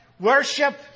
Worship